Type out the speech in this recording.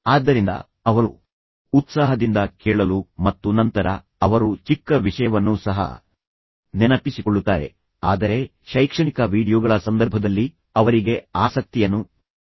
ಆದ್ದರಿಂದ ಅವರು ಉತ್ಸಾಹದಿಂದ ಕೇಳಲು ಮತ್ತು ನಂತರ ಅವರು ಚಿಕ್ಕ ವಿಷಯವನ್ನೂ ಸಹ ನೆನಪಿಸಿಕೊಳ್ಳುತ್ತಾರೆ ಆದರೆ ಶೈಕ್ಷಣಿಕ ವೀಡಿಯೊಗಳ ಸಂದರ್ಭದಲ್ಲಿ ಅವರಿಗೆ ಆಸಕ್ತಿಯನ್ನು ಉಂಟುಮಾಡದಿದ್ದರೆ ಅವರು ಗಮನ ಹರಿಸುವುದಿಲ್ಲ